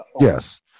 Yes